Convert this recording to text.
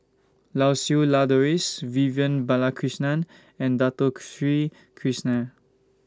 Lau Siew Lang Doris Vivian Balakrishnan and Dato Sri Krishna